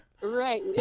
right